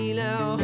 now